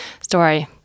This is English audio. story